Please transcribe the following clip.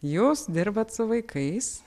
jūs dirbat su vaikais